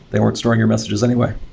they weren't storing your messages anyway.